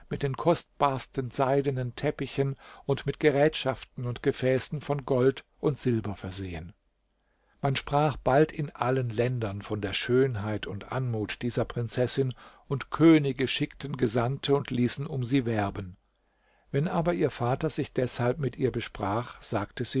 mit den kostbarsten seidenen teppichen und mit gerätschaften und gefässen von gold und silber versehen man sprach bald in allen ländern von der schönheit und anmut dieser prinzessin und könige schickten gesandte und ließen um sie werben wenn aber ihr vater sich deshalb mit ihr besprach sagte